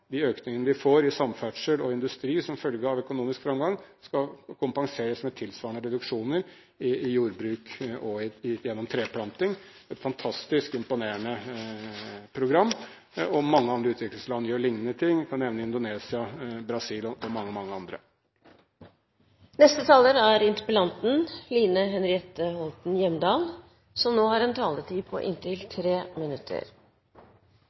De økningene de får i samferdsel og industri som følge av økonomisk framgang, skal kompenseres med tilsvarende reduksjoner i jordbruk og gjennom treplanting. Det er et fantastisk imponerende program. Mange andre utviklingsland gjør lignende ting. Jeg kan nevne Indonesia, Brasil og mange andre.